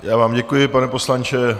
Já vám děkuji, pane poslanče.